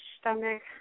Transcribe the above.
stomach